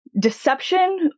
deception